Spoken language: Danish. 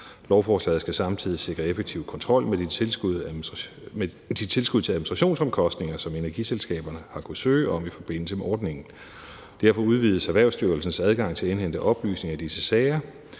Lovforslaget skal samtidig sikre effektiv kontrol med de tilskud til administrationsomkostninger, som energiselskaberne har kunnet søge om i forbindelse med ordningen. Derfor udvides Erhvervsstyrelsens adgang til at indhente oplysninger i disse sager.